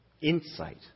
Insight